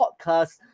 podcast